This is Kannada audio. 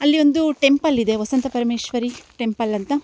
ಅಲ್ಲಿ ಒಂದು ಟೆಂಪಲ್ ಇದೆ ವಸಂತಪರಮೇಶ್ವರಿ ಟೆಂಪಲ್ ಅಂತ